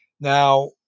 Now